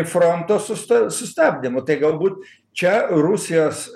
fronto sust sustabdymu tai galbūt čia rusijos